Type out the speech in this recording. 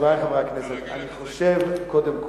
חברי חברי הכנסת, אני חושב, קודם כול,